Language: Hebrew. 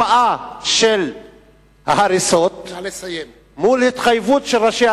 הקפאה של ההריסות מול התחייבות של ראשי